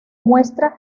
muestra